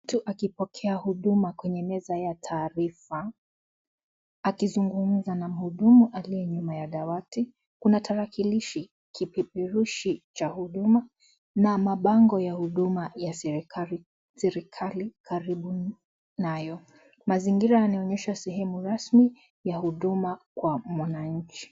Mtu akipokea huduma kwenye meza ya taarifa, akizungumza na mhudumu aliye nyuma ya dawati kuna tarakilishi, kipeperushi cha huduma, na mabango ya huduma ya serikali karibu nayo, mazingira yanaonyesha sehemu rasmi ya huduma kwa mwananchi.